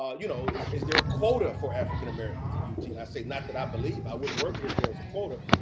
ah you know is is there a quota for african-americans at ut? and i say, not that i believe. i wouldn't work if there was a quota.